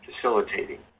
facilitating